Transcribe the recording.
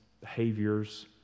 behaviors